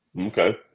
Okay